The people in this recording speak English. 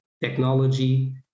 technology